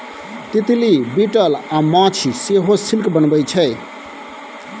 तितली, बिटल अ माछी सेहो सिल्क बनबै छै